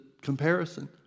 comparison